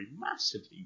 massively